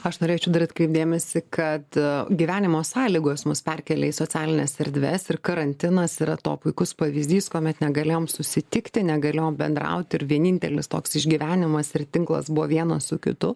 aš norėčiau dar atkreipt dėmesį kad gyvenimo sąlygos mus perkelia į socialines erdves ir karantinas yra to puikus pavyzdys kuomet negalėjom susitikti negalėjom bendrauti ir vienintelis toks išgyvenimas ir tinklas buvo vienas su kitu